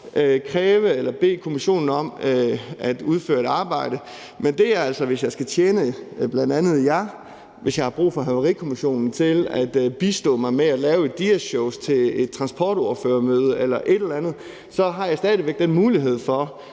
kræve eller bede kommissionen om at udføre et arbejde. Men det er altså, hvis jeg skal tjene bl.a. jer, hvis jeg har brug for Havarikommissionen til at bistå mig med at lave et diasshow til et transportordførermøde eller et eller andet. Så har jeg stadig væk mulighed for